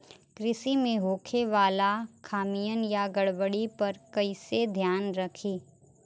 कृषि में होखे वाला खामियन या गड़बड़ी पर कइसे ध्यान रखि?